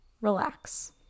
relax